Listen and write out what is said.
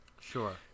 Sure